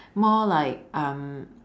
more like um